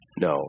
No